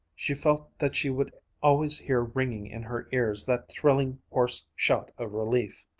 she felt that she would always hear ringing in her ears that thrilling, hoarse shout of relief.